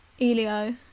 elio